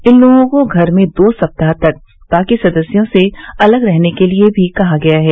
इन लोगों को घर में दो सप्ताह तक बाकी सदस्यों से अलग रहने के लिए भी कहा गया है